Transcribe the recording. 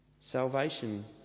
Salvation